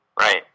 Right